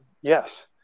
Yes